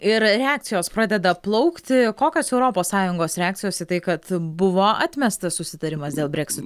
ir reakcijos pradeda plaukti kokios europos sąjungos reakcijos į tai kad buvo atmestas susitarimas dėl breksito